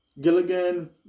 Gilligan